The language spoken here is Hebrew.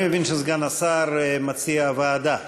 אני מבין שסגן השר מציע ועדה.